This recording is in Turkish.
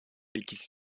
ikisi